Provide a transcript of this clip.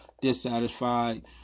dissatisfied